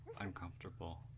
uncomfortable